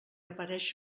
apareix